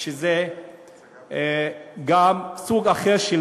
שזה גם סוג אחר של